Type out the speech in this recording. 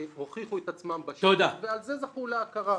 והוכיחו את עצמן בשטח ועל זה זכו להכרה.